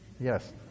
Yes